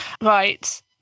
Right